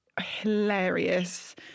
hilarious